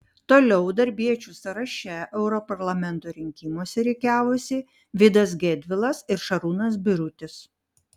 toliau darbiečių sąraše europarlamento rinkimuose rikiavosi vydas gedvilas ir šarūnas birutis